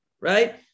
right